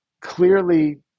clearly